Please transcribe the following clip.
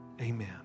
Amen